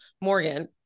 Morgan